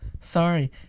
Sorry